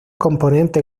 componente